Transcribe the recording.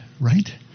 right